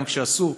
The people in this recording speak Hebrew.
גם כשאסור,